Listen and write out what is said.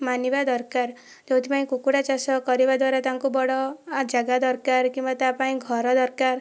ମାନିବା ଦରକାର ଯେଉଁଥି ପାଇଁ କୁକୁଡ଼ା ଚାଷ କରିବା ଦ୍ୱାରା ତାଙ୍କୁ ବଡ଼ ଜାଗା ଦରକାର କିମ୍ବା ତା' ପାଇଁ ଘର ଦରକାର